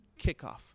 kickoff